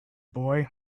boy